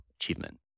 achievement